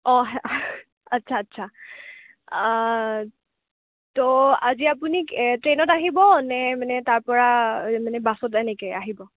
অ' আচ্ছা আচ্ছা ত' আজি আপুনি ট্ৰেইনত আহিব নে মানে তাৰপৰা মানে বাছত এনেকৈ আহিব